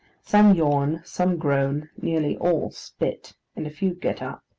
some yawn, some groan, nearly all spit, and a few get up.